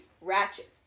ratchet